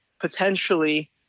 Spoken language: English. potentially